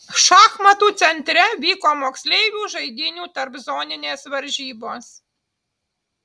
šachmatų centre vyko moksleivių žaidynių tarpzoninės varžybos